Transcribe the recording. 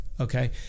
Okay